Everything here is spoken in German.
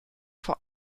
vor